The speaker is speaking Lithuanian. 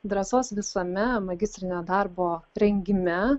drąsos visame magistrinio darbo rengime